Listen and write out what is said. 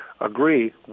agree